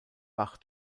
bach